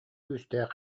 күүстээх